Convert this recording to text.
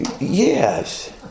Yes